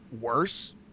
worse